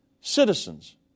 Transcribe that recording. citizens